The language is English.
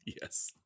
Yes